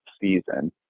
season